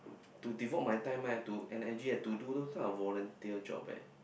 to devote my time eh to energy to do those kind of volunteer jobs eh